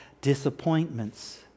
disappointments